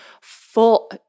full